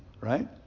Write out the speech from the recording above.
right